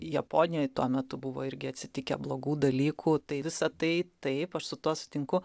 japonijoj tuo metu buvo irgi atsitikę blogų dalykų tai visa tai taip aš su tuo sutinku